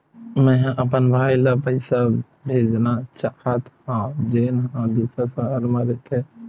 मेंहा अपन भाई ला पइसा भेजना चाहत हव, जेन हा दूसर शहर मा रहिथे